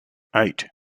eight